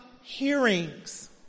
hearings